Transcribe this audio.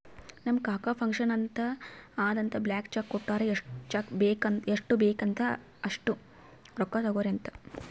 ನಮ್ ಕಾಕಾ ಫಂಕ್ಷನ್ ಅದಾ ಅಂತ್ ಬ್ಲ್ಯಾಂಕ್ ಚೆಕ್ ಕೊಟ್ಟಾರ್ ಎಷ್ಟ್ ಬೇಕ್ ಅಸ್ಟ್ ರೊಕ್ಕಾ ತೊಗೊರಿ ಅಂತ್